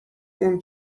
اون